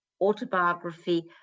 autobiography